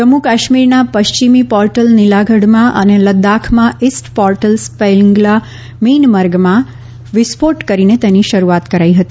જમ્મુ કાશ્મીરના પશ્ચિમી પોર્ટલ નીલાગઢમાં અને લદ્દાખમાં ઇસ્ટ પોર્ટલ સ્પૈંગલા મીનમર્ગમાં વિસ્ફોટ કરીને તેની શરૂઆત કરાઇ હતી